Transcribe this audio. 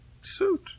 suit